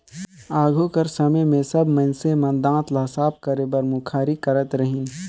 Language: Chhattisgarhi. आघु कर समे मे सब मइनसे मन दात ल साफ करे बर मुखारी करत रहिन